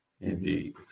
Indeed